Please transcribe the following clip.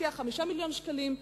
משקיע 5 מיליוני שקלים,